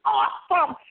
awesome